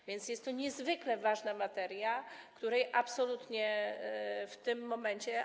A więc jest to niezwykle ważna materia, której absolutnie w tym momencie.